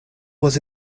was